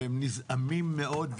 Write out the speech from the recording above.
והם נזעמים מאוד.